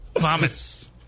Vomits